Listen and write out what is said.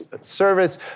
service